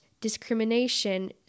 discrimination